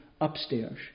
upstairs